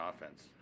offense